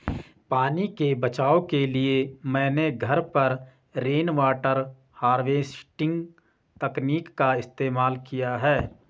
पानी के बचाव के लिए मैंने घर पर रेनवाटर हार्वेस्टिंग तकनीक का इस्तेमाल किया है